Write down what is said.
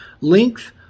Length